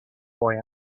boy